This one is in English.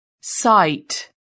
sight